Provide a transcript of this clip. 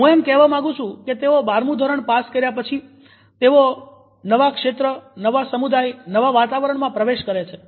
હું એમ કહેવા માંગુ છું કે તેઓ બારમું ધોરણ પાસ કર્યા પછી તેઓ નવા ક્ષેત્ર નવા સમુદાય નવા વાતાવરણમાં પ્રવેશ કરે છે